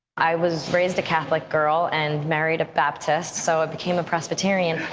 i was raised a catholic girl and married a baptist, so i became a presbyterian.